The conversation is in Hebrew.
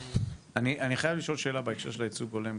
אני חייב לשאול שאלה בהקשר של ייצוג הולם.